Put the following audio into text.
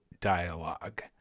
dialogue